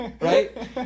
right